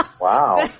wow